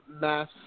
mass